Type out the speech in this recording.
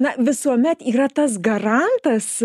ne visuomet yra tas garantas